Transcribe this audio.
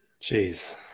Jeez